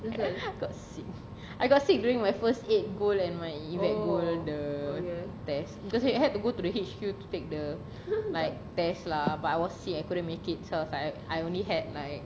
I got sick I got sick during my first aid goal and my evac gold the test because we had to go to the H_Q to take the like test lah but I was sick I couldn't make it so I was like I only had like